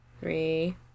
three